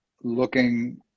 looking